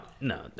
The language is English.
no